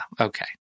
okay